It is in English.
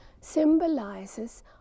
symbolizes